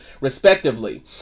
respectively